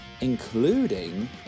including